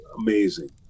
amazing